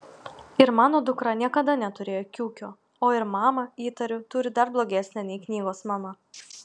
ir mano dukra niekada neturėjo kiukio o ir mamą įtariu turi dar blogesnę nei knygos mama